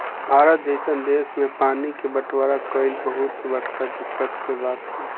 भारत जइसन देश मे पानी के बटवारा कइल बहुत बड़का दिक्कत के बात बा